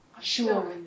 Sure